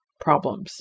problems